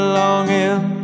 longing